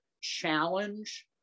challenge